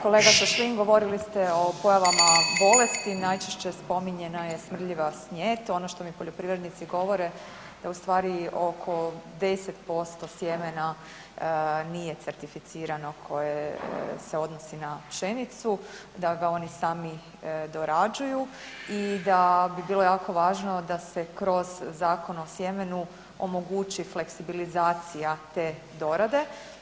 Kolega Šašlin, govorili ste o pojavama bolesti, najčešće spominjana je smrdljiva snijet, ono što mi poljoprivrednici govore da ustvari oko 10% sjemena nije certificirano koje se odnosi na pšenicu, da ga oni sami dorađuju i da bi bilo jako važno da se kroz Zakon o sjemenu omogući fleksibilizacija te dorade.